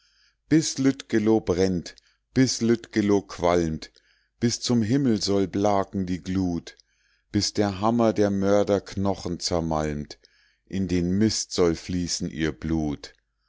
bis lüttgeloh brennt bis lüttgeloh qualmt bis zum himmel soll blaken die glut bis der hammer der mörder knochen zermalmt in den mist soll fließen ihr blut